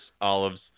olives